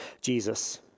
Jesus